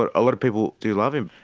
but a lot of people do love him.